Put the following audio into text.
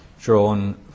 drawn